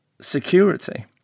security